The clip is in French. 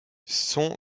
sont